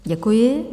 Děkuji.